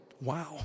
Wow